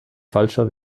falscher